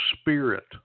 spirit